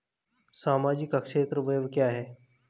सामाजिक क्षेत्र व्यय क्या है?